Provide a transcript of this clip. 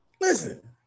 Listen